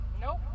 nope